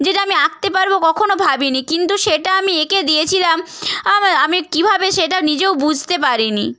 যেটা আমি আঁকতে পারব কখনো ভাবিনি কিন্তু সেটা আমি এঁকে দিয়েছিলাম আমি কীভাবে সেটা নিজেও বুঝতে পারিনি